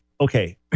Okay